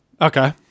Okay